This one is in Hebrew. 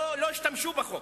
אגב, לא השתמשו בחוק,